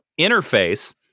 interface